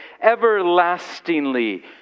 everlastingly